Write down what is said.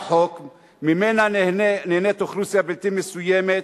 חוק ממנה נהנית אוכלוסייה בלתי מסוימת,